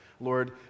Lord